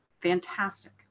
fantastic